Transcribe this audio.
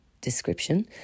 description